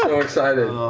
excited.